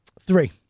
Three